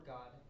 God